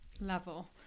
level